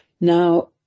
Now